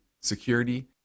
security